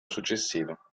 successivo